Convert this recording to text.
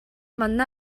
манна